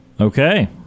Okay